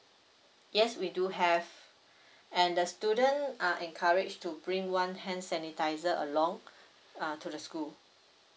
yes we do have and the student are encourage to bring one hand sanitiser along uh to the school